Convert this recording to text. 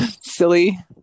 silly